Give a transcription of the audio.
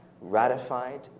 ratified